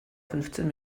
fünfzehn